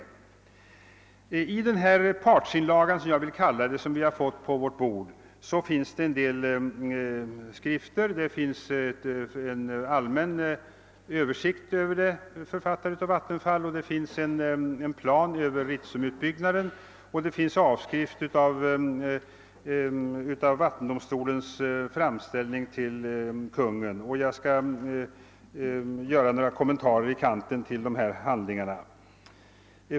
I den partsinlaga — jag vill kalla den så — som vi fått på våra bord finns en del skrifter återgivna, bl.a. en allmän översikt författad av Vattenfall, en plan över Ritsemutbyggnaden och en avskrift av vattendomstolens framställning till Kungl. Maj:t. Jag skall göra några kommentarer i kanten till dessa handlingar.